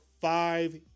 five